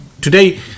Today